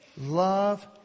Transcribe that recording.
love